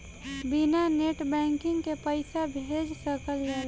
बिना net banking के पईसा भेज सकल जाला?